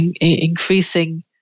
increasing